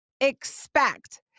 expect